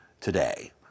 today